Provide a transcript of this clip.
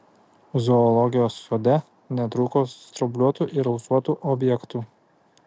zoologijos sode netrūko straubliuotų ir ausuotų objektų